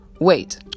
wait